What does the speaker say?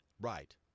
Right